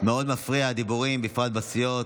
מפריעים הדיבורים, בפרט בסיעות.